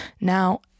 Now